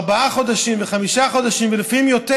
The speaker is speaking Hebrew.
לפעמים ארבעה חודשים וחמישה חודשים ולפעמים יותר.